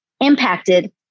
impacted